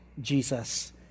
Jesus